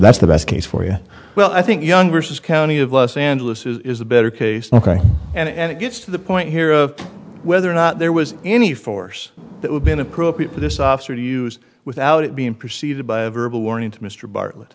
that's the best case for you well i think younger says county of los angeles is a better case and it gets to the point here of whether or not there was any force that would been appropriate for this officer to use without it being perceived by a verbal warning to mr bartlett